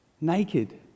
naked